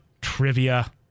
Trivia